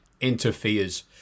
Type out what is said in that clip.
interferes